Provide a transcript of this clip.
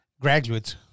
graduates